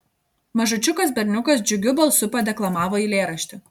mažučiukas berniukas džiugiu balsu padeklamavo eilėraštį